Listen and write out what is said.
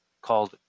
called